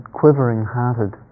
quivering-hearted